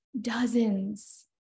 dozens